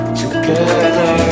together